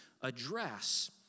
address